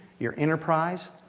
your enterprise,